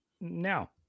now